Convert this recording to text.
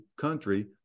country